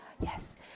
Yes